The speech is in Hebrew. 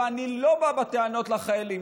ואני לא בא בטענות לחיילים,